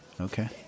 Okay